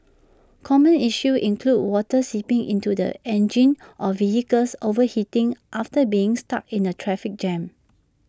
common issues include water seeping into the engine or vehicles overheating after being stuck in the traffic jam